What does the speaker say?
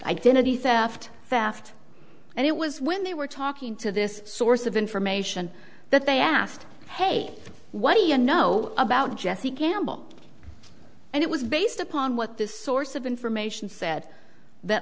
identity theft fast and it was when they were talking to this source of information that they asked hey what do you know about jesse campbell and it was based upon what this source of information said that